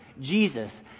Jesus